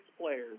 players